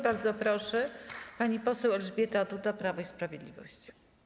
Bardzo proszę, pani poseł Elżbieta Duda, Prawo i Sprawiedliwość.